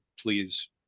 please